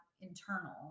internal